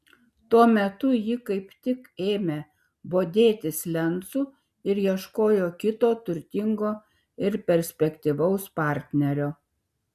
tuo metu ji kaip tik ėmė bodėtis lencu ir ieškojo kito turtingo ir perspektyvaus partnerio